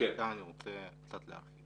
אבל אני רוצה קצת להרחיב